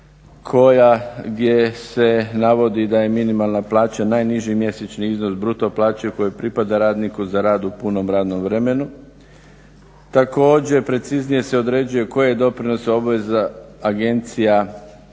koja, gdje se navodi da je minimalna plaća najniži mjesečni iznos bruto plaće kojoj pripada radniku za rad u punom radnom vremenu. Također, preciznije se određuje koje doprinose obaveza agencija